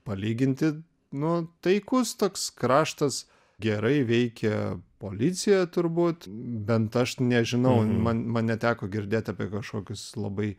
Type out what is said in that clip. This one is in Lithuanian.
palyginti nu taikus toks kraštas gerai veikė policija turbūt bent aš nežinau man man neteko girdėti apie kažkokius labai